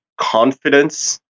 confidence